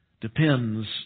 depends